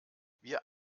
wir